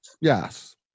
Yes